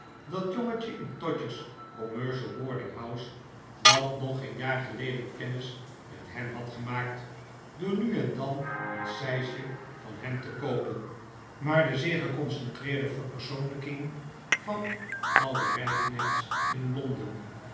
dat jongetje in todgers commercial boarding house dat nog geen jaar geleden kennis met hem had gemaakt door nu en dan een sijsje van hem te koopen maar de zeer geconcentreerde verpersoonlijking van alle rijknechts in londen